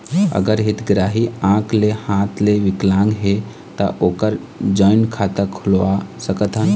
अगर हितग्राही आंख ले हाथ ले विकलांग हे ता ओकर जॉइंट खाता खुलवा सकथन?